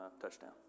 touchdown